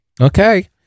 okay